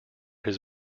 his